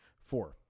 Four